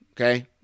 okay